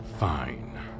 Fine